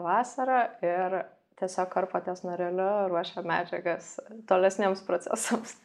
vasarą ir tiesiog karpo ties nareliu ruošia medžiagas tolesniems procesams